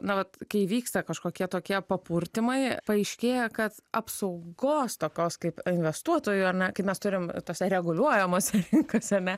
na vat kai vyksta kažkokie tokie papurtymai paaiškėja kad apsaugos tokios kaip investuotojų ar ne kaip mes turim tose reguliuojamose rinkose ane